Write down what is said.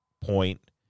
point